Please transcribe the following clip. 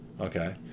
okay